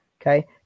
Okay